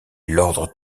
l’ordre